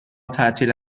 تعطیل